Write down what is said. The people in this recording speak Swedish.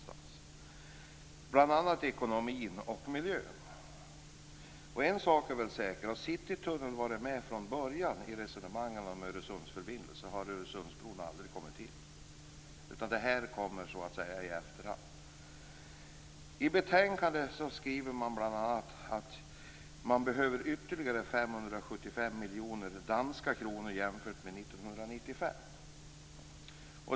Det gäller bl.a. ekonomin och miljön. En sak är säker: Hade Citytunneln varit med från början i resonemangen om Öresundsförbindelsen, hade Öresundsbron aldrig kommit till. Detta kommer i efterhand. Av betänkandet framgår att det behövs ytterligare 575 miljoner danska kronor jämfört med 1995.